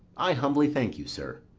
i humbly thank you, sir.